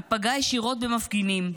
ופגע ישירות במפגינים.